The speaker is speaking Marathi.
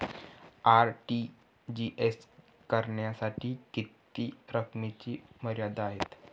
आर.टी.जी.एस करण्यासाठी किती रकमेची मर्यादा आहे?